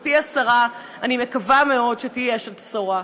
גברתי השרה, אני מקווה מאוד שתהיי אשת בשורה.